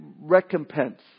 recompense